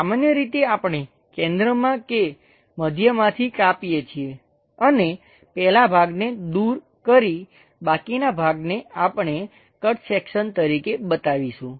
સામાન્ય રીતે આપણે કેન્દ્રમાં કે મધ્યમાંથી કાપીએ છીએ અને પહેલાં ભાગને દૂર કરી બાકીનાં ભાગને આપણે કટ સેક્શન તરીકે બતાવીશું